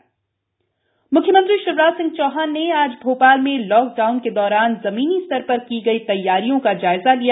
शिवराज मदद म्ख्यमंत्री शिवराज सिंह चौहान ने आज भोपाल में लॉक डाउन के दौरान जमीनी स्तर पर की गई तैयारियों का जायजा लिया